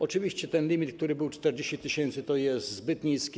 Oczywiście ten limit, który był, czyli 40 tys., jest zbyt niski.